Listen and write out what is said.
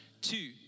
Two